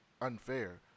unfair